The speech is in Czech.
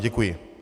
Děkuji.